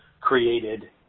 created